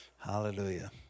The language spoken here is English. Hallelujah